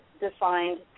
defined